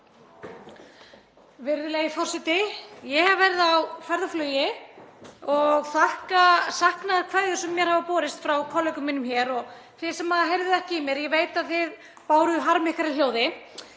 Virðulegi forseti. Ég hef verið á ferð og flugi og þakka saknaðarkveðjur sem mér hafa borist frá kollegum mínum hér. Og þið sem heyrðuð ekki í mér, ég veit að þið báruð harm ykkar í hljóði.